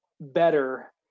better